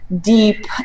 deep